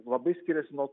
labai skiriasi nuo